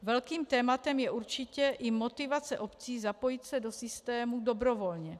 Velkým tématem je určitě i motivace obcí zapojit se do systému dobrovolně.